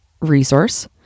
resource